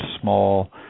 small